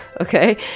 okay